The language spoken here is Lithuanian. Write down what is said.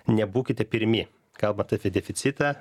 nebūkite pirmi kalbant apie deficitą